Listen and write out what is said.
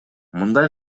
мындай